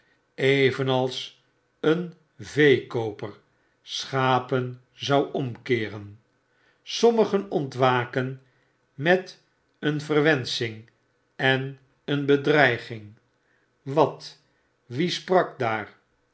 evenals een veekooper schapen zou omkeeren sommigen ontwaken met een verwensching en een bedreiging wat wie sprak daar